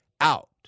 out